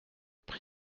prix